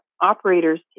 operators